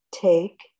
take